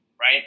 right